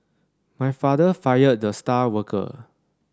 my father fired the star worker